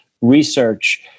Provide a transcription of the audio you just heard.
research